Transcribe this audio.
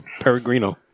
Peregrino